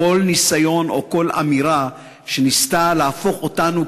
כל ניסיון או כל אמירה שניסתה להפוך אותנו,